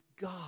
God